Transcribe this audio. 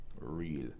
Real